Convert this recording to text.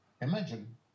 Imagine